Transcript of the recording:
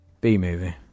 B-Movie